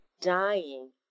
dying